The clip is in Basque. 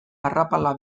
arrapala